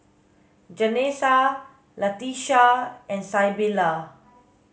Janessa Latesha and Sybilla